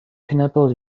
pineapple